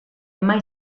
mai